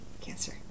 Cancer